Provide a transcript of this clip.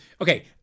Okay